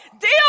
deal